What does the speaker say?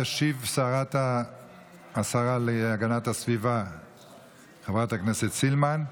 תשיב השרה להגנת הסביבה חברת הכנסת סילמן.